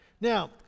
Now